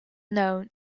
known